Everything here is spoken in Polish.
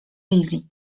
wizji